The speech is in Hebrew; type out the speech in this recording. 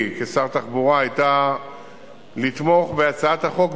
כשר התחבורה היתה לתמוך בהצעת החוק,